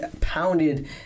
pounded